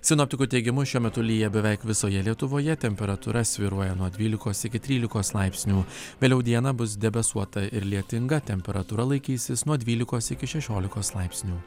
sinoptikų teigimu šiuo metu lyja beveik visoje lietuvoje temperatūra svyruoja nuo dvylikos iki trylikos laipsnių vėliau dieną bus debesuota ir lietinga temperatūra laikysis nuo dvylikos iki šešiolikos laipsnių